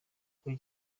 kuri